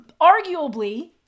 arguably